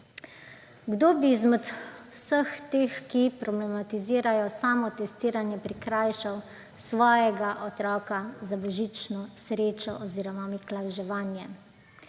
Kdo izmed vseh teh, ki problematizirajo samotestiranje, bi prikrajšal svojega otroka za božično srečo oziroma miklavževanje.